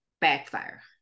backfire